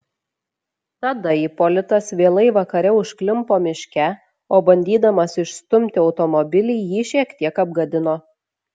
tada ipolitas vėlai vakare užklimpo miške o bandydamas išstumi automobilį jį šiek tiek apgadino